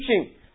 teaching